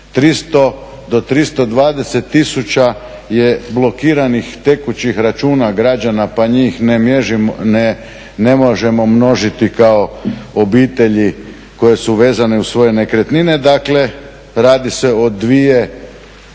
300 do 320 tisuća je blokiranih tekućih računa građana pa njih ne možemo množiti kao obitelji koje su vezane uz svoje nekretnine. Dakle radi se o dvije